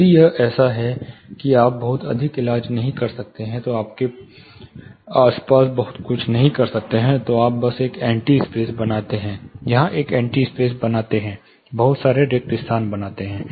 यदि यह ऐसा है कि आप बहुत अधिक इलाज नहीं कर सकते हैं या आप इसके आसपास बहुत कुछ नहीं कर सकते हैं तो आप यहां एक एंटी स्पेस बनाते हैं यहां एक एंटी स्पेस बनाते हैं बहुत सारे रिक्त स्थान बनाते हैं